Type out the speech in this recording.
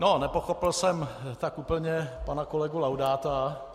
No, nepochopil jsem tak úplně pana kolegu Laudáta.